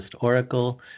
Oracle